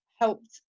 helped